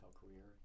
career